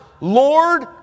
Lord